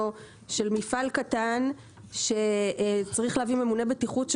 היא של מפעל קטן שצריך להביא ממונה בטיחות,